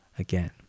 Again